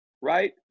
right